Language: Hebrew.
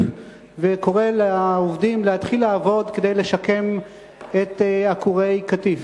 וקורא לעובדים להתחיל לעבוד כדי לשקם את עקורי קטיף.